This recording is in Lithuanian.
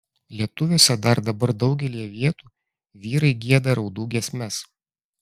lietuviuose dar dabar daugelyje vietų vyrai gieda raudų giesmes